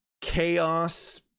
chaos